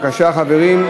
בבקשה, חברים.